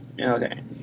Okay